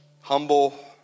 humble